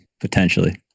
Potentially